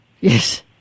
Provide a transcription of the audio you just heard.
yes